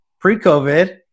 pre-COVID